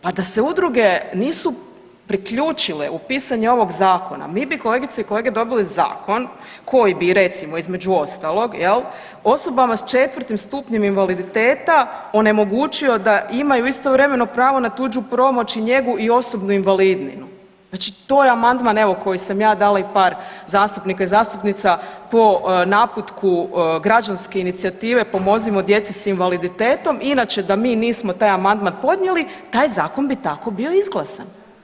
Pa da se udruge nisu priključile u pisanju ovog zakona mi bi kolegice i kolege dobili zakon koji bi recimo između ostalog jel osobama s 4.stupnjem invaliditeta onemogućio da imaju istovremeno pravo na tuđu pomoć i njegu i osobnu invalidninu, znači to je amandman koji sam ja dala i par zastupnika i zastupnica po naputku građanske inicijative „Pomozimo djeci s invaliditetom“, inače da mi nismo taj amandman podnijeli taj zakon bi tako bio izglasan.